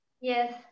Yes